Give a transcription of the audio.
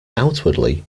outwardly